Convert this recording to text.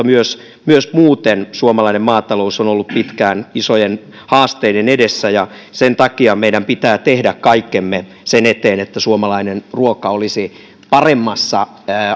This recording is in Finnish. myös myös muuten suomalainen maatalous on ollut pitkään isojen haasteiden edessä sen takia meidän pitää tehdä kaikkemme sen eteen että suomalainen ruoka olisi paremmassa